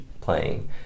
playing